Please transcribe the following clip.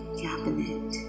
cabinet